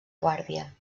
guàrdia